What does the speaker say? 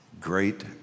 great